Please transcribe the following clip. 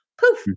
poof